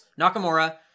Nakamura